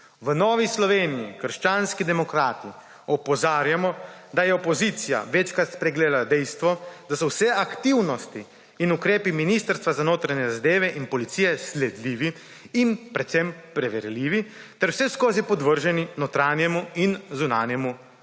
V Novi Sloveniji – krščanskih demokratih opozarjamo, da je opozicija večkrat spregledala dejstvo, da so vse aktivnosti in ukrepi Ministrstva za notranje zadeve in policiji sledljivi in predvsem preverljivi ter vseskozi podvrženi notranjemu in zunanjemu nadzoru.